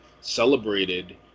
celebrated